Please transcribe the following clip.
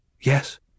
yes